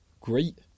great